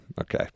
Okay